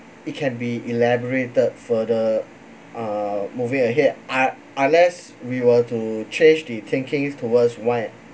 it can be elaborated further uh moving ahead ah unless we were to change the thinking towards why